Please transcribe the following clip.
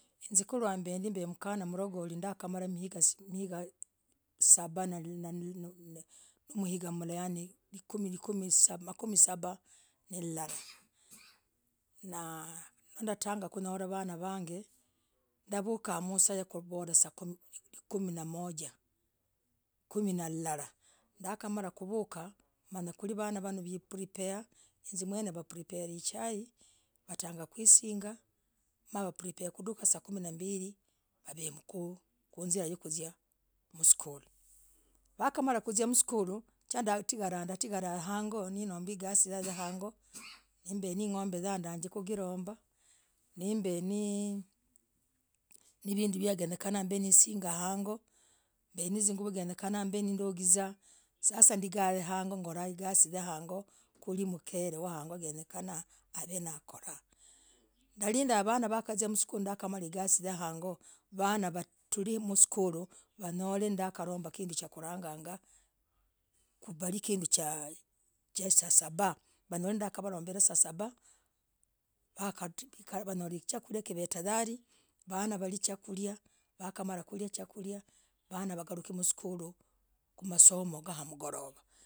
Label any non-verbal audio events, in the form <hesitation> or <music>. Mkele garukah, sasa mbee. kuviashara mb <hesitation> genekanayali. kuviasharah, mkere waviashalah. vanandamalah, igasii ne <hesitation> yangoo. Sasa. zaziza mbiasharah nagolah. ndio. vanaa. Vaa. wavee. vulai, walindah. lii. walinda. agorovaa. kuzakurandii. vinduu. yagolovaa. vananee. wakatlah. msukuluu. angalukah. hangoo. waziee. hangoo. wamenye genyekana. kukoleigasii yahangoo. Kandi. kutange, kuisiingaa. kukor <hesitation> igasii. yakolah, ndiii. niekusomah. ndakolandioo. higasii yen <hesitation> nye'saee. namb <hesitation> vulahmu. vana n <hesitation> hendelea, ne. gasii, niekusomah, ne. gasii yakurah. hangoo. ndakumarah. vanaa. kusominyiah. vanaa. vagee. ndanivulah. mndamwange! Neimalah, kusominyiah vanaa vagee. vazia. mzimalah, mwazia lukarr. navazia. igasii. navandi. navaletah. vakalii. neendangaa. igasii. yakulelah, vasukuru. ndagata. kulelah. visukuruu, visukuruu. wavukaa. sibuhi, shigillah. mbee. vavoo, mnyumbah. kupripeah lunch. yawoo, kupripeah. subuhi. yawoo, nomb <hesitation> subuhi yawoo. wakamalah, kunyuwa wazi <hesitation> msukuluu. jage kukorah. igasii. yangee. ndamalah! Igasii. yen <hesitation> visukuruu vanaa vazie msukuluu. wagalukesaa ya mbasuu. miiga, makomii gane.